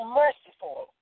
merciful